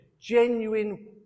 genuine